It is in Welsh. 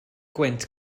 gwynt